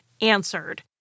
answered